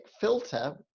filter